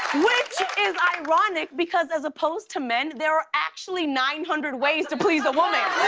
which is ironic, because, as opposed to men, there are actually nine hundred ways to please a woman.